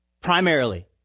Primarily